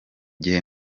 gihe